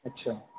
আচ্ছা